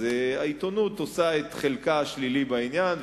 העיתונות עושה את חלקה השלילי בעניין,